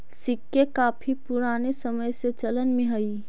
सिक्के काफी पूराने समय से चलन में हई